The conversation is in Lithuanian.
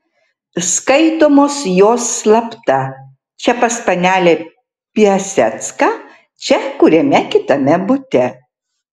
skaitomos jos slapta čia pas panelę piasecką čia kuriame kitame bute